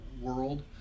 world